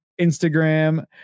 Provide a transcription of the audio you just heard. Instagram